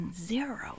zero